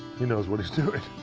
he knows what he's doing.